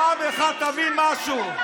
פעם אחת תבין משהו.